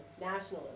nationalism